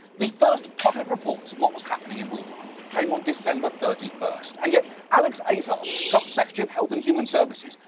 the first public reports of what was happening in wuhan came on december thirty first, and yet alex azar, trump's secretary of health and human services,